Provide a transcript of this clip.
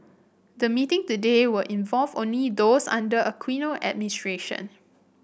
the meeting today will involve only those under the Aquino administration